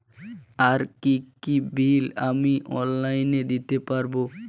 আর কি কি বিল আমি অনলাইনে দিতে পারবো?